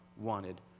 wanted